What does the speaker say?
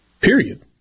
Period